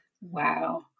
Wow